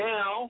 Now